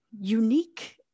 unique